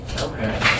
Okay